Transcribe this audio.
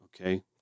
Okay